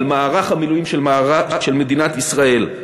על מערך המילואים של מדינת ישראל.